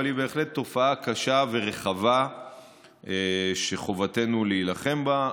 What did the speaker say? אבל היא בהחלט תופעה קשה ורחבה שחובתנו להילחם בה,